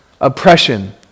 oppression